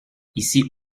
ici